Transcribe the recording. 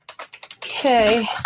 Okay